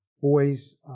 boys